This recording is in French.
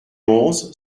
onze